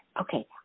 Okay